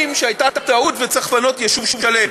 שהייתה טעות וצריך לפנות יישוב שלם.